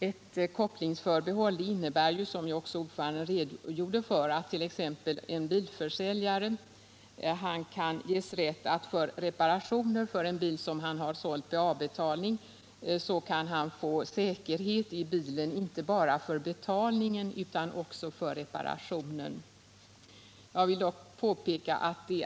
Ett kopplingsförbehåll innebär, som också ordföranden redogjorde för, att t.ex. en bilförsäljare som har sålt en bil på avbetalning ges rätt till säkerhet i bilen, inte bara för betalningen utan också för reparationer som han sedan utför på bilen.